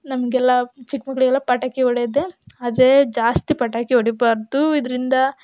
ನಮಗೆಲ್ಲ ಚಿಕ್ಕ ಮಕ್ಕಳಿಗೆಲ್ಲ ಪಟಾಕಿ ಹೊಡ್ಯೋದೆ ಆದರೆ ಜಾಸ್ತಿ ಪಟಾಕಿ ಹೊಡಿಬಾರದು ಇದರಿಂದ